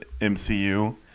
MCU